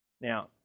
Now